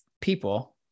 people